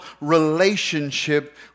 relationship